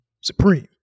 supreme